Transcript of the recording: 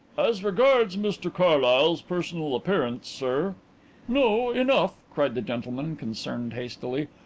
as regards mr carlyle's personal appearance sir no, enough! cried the gentleman concerned hastily.